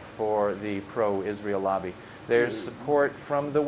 for the pro israel lobby their support from the